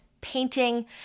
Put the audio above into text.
painting